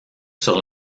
sur